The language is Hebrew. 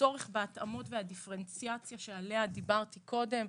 הצורך בהתאמות והדיפרנציאציה שעליה דיברתי קודם.